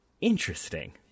interesting